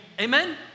Amen